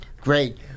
great